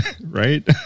right